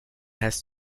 has